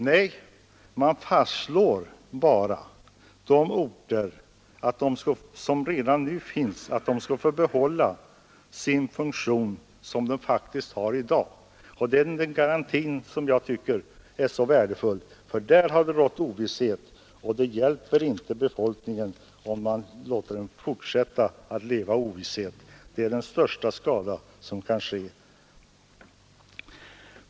Nej, man fastslår att de orter som redan nu finns skall få behålla den funktion som de faktiskt har i dag, och det är den garantin som jag tycker är så värdefull, för där har det rått ovisshet. Det hjälper inte befolkningen om man låter den fortsätta att leva i ovisshet — det är den största skada som kan ske.